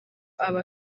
aba